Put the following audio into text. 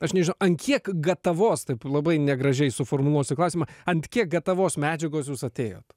aš nežinau ar kiek gatavos taip labai negražiai suformuluosiu klausimą ant kiek gatavos medžiagos jūs atėjot